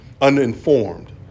uninformed